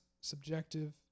subjective